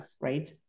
right